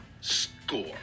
score